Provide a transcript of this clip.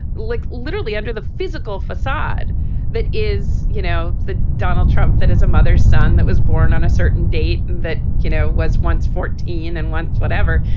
like literally under the physical facade that is, you know, the donald trump, that is a mother son that was born on a certain date that, you know, was once fourteen and one whatever.